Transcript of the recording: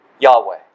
Yahweh